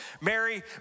Mary